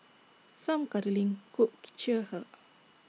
some cuddling could cheer her up